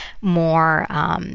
more